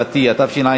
התשע"ג